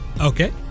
Okay